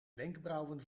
wenkbrauwen